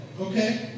Okay